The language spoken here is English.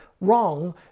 wrong